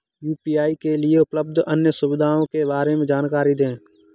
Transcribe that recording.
UPI के लिए उपलब्ध अन्य सुविधाओं के बारे में जानकारी दें?